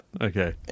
okay